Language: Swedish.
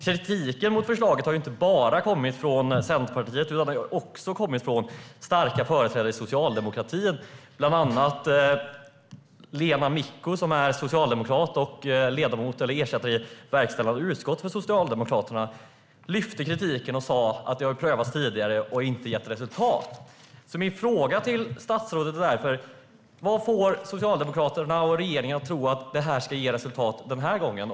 Kritiken mot förslaget har inte bara kommit från Centerpartiet utan också från starka företrädare för socialdemokratin, bland andra Lena Micko som är socialdemokrat och ersättare i Socialdemokraternas verkställande utskott. Hon lyfte kritiken och sa att detta har prövats tidigare och inte gett något resultat. Min fråga till ministern är därför: Vad får Socialdemokraterna och regeringen att tro att detta ska ge resultat den här gången?